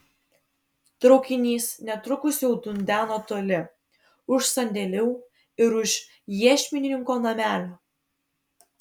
traukinys netrukus jau dundeno toli už sandėlių ir už iešmininko namelio